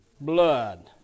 blood